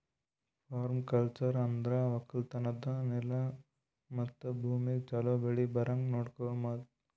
permaculture ಅಂದುರ್ ಒಕ್ಕಲತನದ್ ನೆಲ ಮತ್ತ ಭೂಮಿಗ್ ಛಲೋ ಬೆಳಿ ಬರಂಗ್ ನೊಡಕೋಮದ್